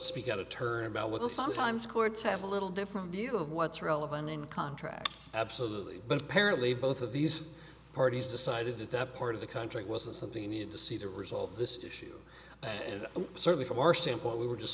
speak out of turn about what the five times courts have a little different view of what's relevant in contract absolutely but apparently both of these parties decided that that part of the country wasn't something you need to see the result of this issue and certainly from our standpoint we were just